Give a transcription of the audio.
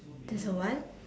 there's a what